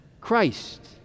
Christ